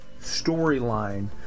storyline